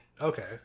Okay